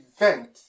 event